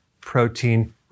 protein